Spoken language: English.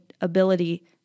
ability